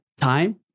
time